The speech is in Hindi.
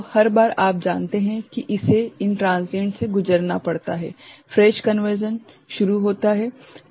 तो हर बार आप जानते हैं कि इसे इन ट्रांसिएंट से गुजरना पड़ता है - फ्रेश कन्वर्शन शुरू होता है